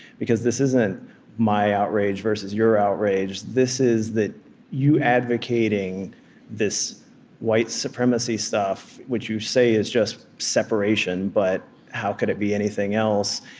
because this isn't my outrage versus your outrage this is you advocating this white supremacy stuff, which you say is just separation but how could it be anything else?